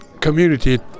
community